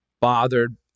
bothered